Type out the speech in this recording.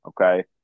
Okay